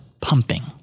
pumping